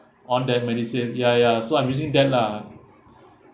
on their MediSave ya ya so I'm using them lah